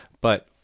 but-